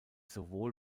sowohl